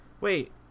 Wait